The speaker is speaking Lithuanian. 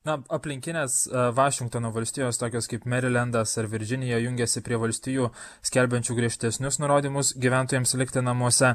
na aplinkinės vašingtono valstijos tokios kaip merilendas ar virdžinija jungiasi prie valstijų skelbiančių griežtesnius nurodymus gyventojams likti namuose